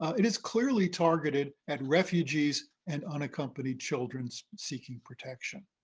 it is clearly targeted at refugees and unaccompanied children seeking protection.